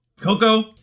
Coco